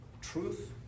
truth